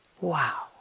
Wow